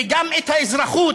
וגם את האזרחות,